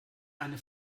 eine